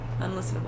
Unlistenable